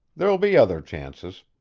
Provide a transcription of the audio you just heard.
there'll be other chances.